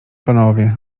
panowie